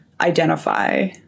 identify